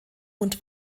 und